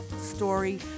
story